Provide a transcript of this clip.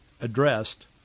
addressed